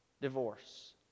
divorce